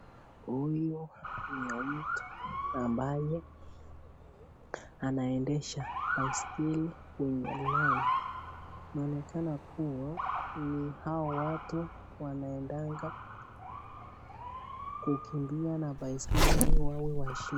Huyu ni mtu ambaye anaendesha baisikeli kwenye lami, inaonekana kuwa ni wale watu wanaendanga kukimbia na baisikeli ili wakue washindi.